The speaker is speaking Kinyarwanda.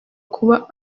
kuba